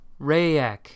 Rayak